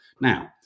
Now